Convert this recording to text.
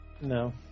No